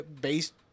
based